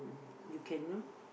you can know